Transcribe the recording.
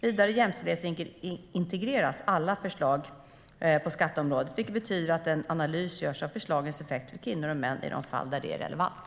Vidare jämställdhetsintegreras alla förslag på skatteområdet, vilket betyder att en analys görs av förslagens effekter för kvinnor och män i de fall där det är relevant.